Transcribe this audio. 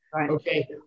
okay